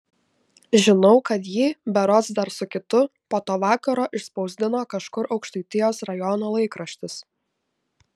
žinau kad jį berods dar su kitu po to vakaro išspausdino kažkur aukštaitijos rajono laikraštis